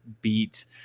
beat